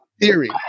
theory